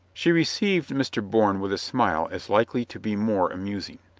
she received mr. bourne with a smile as likely to be more amusing.